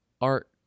art